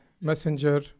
messenger